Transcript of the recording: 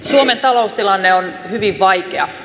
suomen taloustilanne on hyvin vaikea